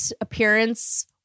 appearance